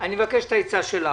אני מבקש את עצתך.